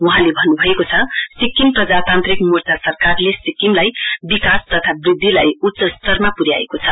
वहाँले भन्न्भएको छ सिक्किम प्रजातान्त्रिक मोर्चा सरकारले सिक्किममा विकास तथा वृद्धिलाई उच्च स्तरमा प्र्याएको छ